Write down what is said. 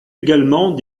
également